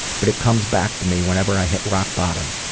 but it comes back to me whenever i hit rock bottom.